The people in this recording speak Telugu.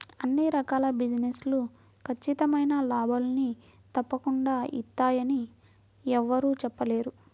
అన్ని రకాల బిజినెస్ లు ఖచ్చితమైన లాభాల్ని తప్పకుండా ఇత్తయ్యని యెవ్వరూ చెప్పలేరు